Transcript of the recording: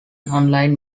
online